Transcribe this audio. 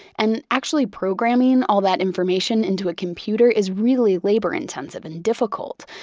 and actually programming all that information into a computer is really labor intensive and difficult,